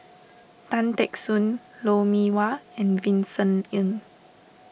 Tan Teck Soon Lou Mee Wah and Vincent Ng